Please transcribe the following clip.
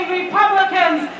republicans